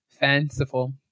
Fanciful